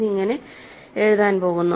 എന്നിങ്ങനെ എഴുതാൻ പോകുന്നു